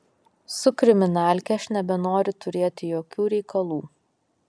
su kriminalke aš nebenoriu turėti jokių reikalų